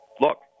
look